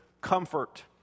comfort